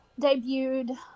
debuted